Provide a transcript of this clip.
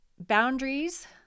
boundaries